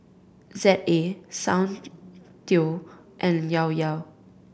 Z A Soundteoh and Llao Llao